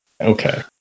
Okay